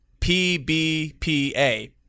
PBPA